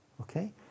Okay